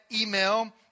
email